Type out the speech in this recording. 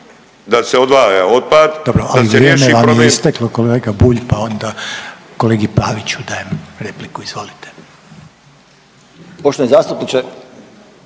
Željko (HDZ)** Dobro, ali vrijeme vam je isteklo kolega Bulj pa onda kolegi Paviću dajem repliku. Izvolite. **Pavić,